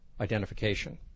identification